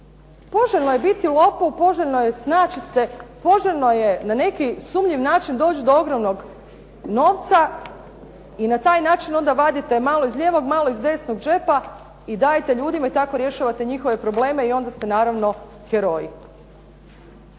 poželjno je snaći se, poželjno je na neki sumnjiv način doći do ogromnog novca i na taj način vadite malo iz lijevog, malo iz desnog džepa i dajte ljudima i tako rješavate njihove probleme i onda ste naravno heroji.